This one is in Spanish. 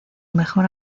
mejor